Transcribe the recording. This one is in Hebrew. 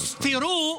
נכון, הוסתרו.